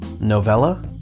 novella